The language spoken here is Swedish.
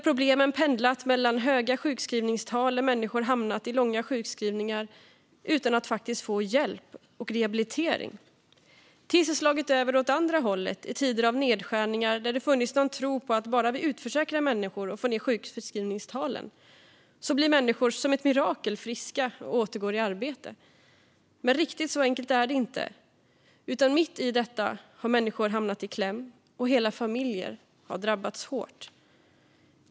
Problemen har pendlat från höga sjukskrivningstal där människor hamnat i långa sjukskrivningar utan att faktiskt få hjälp och rehabilitering till att slå över åt andra hållet i tider av nedskärningar då det funnits någon sorts tro på att bara vi utförsäkrar människor och får ned sjukskrivningstalen blir människor som av ett mirakel friska och återgår i arbete. Men riktigt så enkelt är det inte, utan mitt i detta har människor hamnat i kläm och hela familjer drabbats hårt.